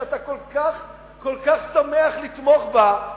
שאתה כל כך שמח לתמוך בה,